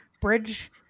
bridge